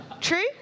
True